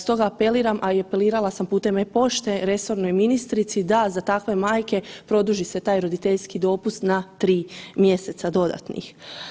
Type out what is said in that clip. Stoga apeliram, a i apelirala sam pute e-pošte resornoj ministrici da za takve majke produži se taj roditeljski dopust na tri mjeseca dodatnih.